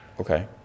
Okay